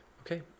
okay